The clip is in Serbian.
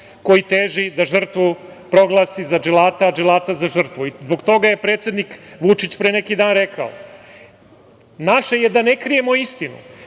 koji teži da žrtvu proglasi za dželata, a dželata za žrtvu. Zbog toga je predsednik Vučić pre neki dan rekao: „Naše je da ne krijemo istinu,